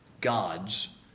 God's